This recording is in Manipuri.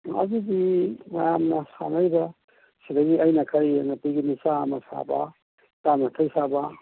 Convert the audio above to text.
ꯑꯗꯨꯗꯤ ꯃꯌꯥꯝꯅ ꯁꯥꯅꯔꯤꯕ ꯁꯤꯗꯒꯤ ꯑꯩꯅ ꯈꯔ ꯌꯦꯡꯉꯒ ꯄꯤꯒꯅꯤ ꯆꯥꯃ ꯁꯥꯕ ꯆꯥꯃ ꯌꯥꯡꯈꯩ ꯁꯥꯕ